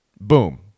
Boom